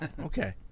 Okay